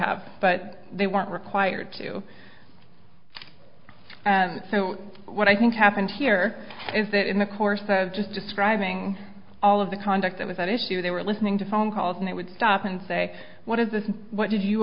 have but they weren't required to so what i think happened here is that in the course of just describing all of the conduct that was at issue they were listening to phone calls and they would stop and say what is this what did you